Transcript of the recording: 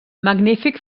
magnífic